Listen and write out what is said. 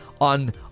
on